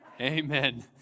amen